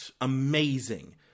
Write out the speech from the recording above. amazing